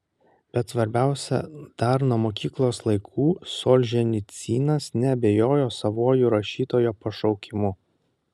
bet svarbiausia dar nuo mokyklos laikų solženicynas neabejojo savuoju rašytojo pašaukimu